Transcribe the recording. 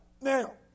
Now